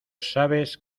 sabes